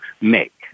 make